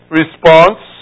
response